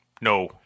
No